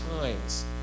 times